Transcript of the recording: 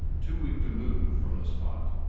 too weak to move from the spot.